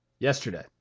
Yesterday